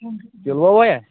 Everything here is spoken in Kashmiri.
کِلوٗ وٲے یا